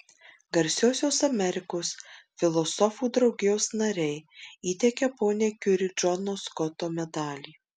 garsiosios amerikos filosofų draugijos nariai įteikia poniai kiuri džono skoto medalį